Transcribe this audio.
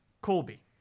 Colby